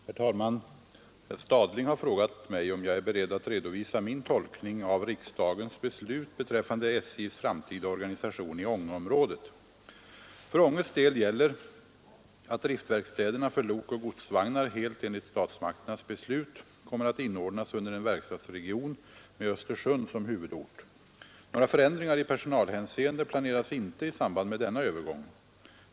Herr talman! Herr Stadling har frågat mig om jag är beredd att redovisa min tolkning av riksdagens beslut beträffande SJ:s framtida organisation i Ångeområdet. För Ånges del gäller att driftverkstäderna för lok och godsvagnar — helt enligt statsmakternas beslut — kommer att inordnas under en verkstadsregion med Östersund som huvudort. Några förändringar i personalhänseende planeras inte i samband med denna övergång.